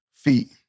feet